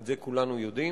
את זה כולנו יודעים.